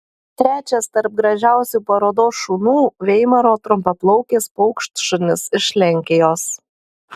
trečias tarp gražiausių parodos šunų veimaro trumpaplaukis paukštšunis iš lenkijos